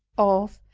of,